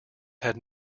had